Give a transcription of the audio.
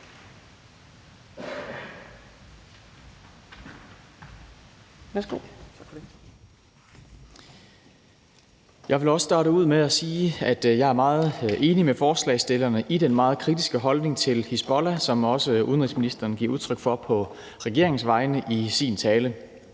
Jeg vil også starte ud med at sige, at jeg er meget enig med forslagsstillerne i den meget kritiske holdning til Hizbollah, som også udenrigsministeren giver udtryk for på regeringens vegne i sin tale,